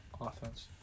offense